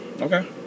Okay